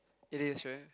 it is very